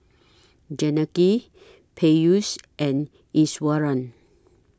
Janaki Peyush and Iswaran